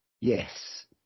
Yes